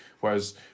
Whereas